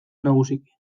nagusiki